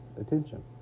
attention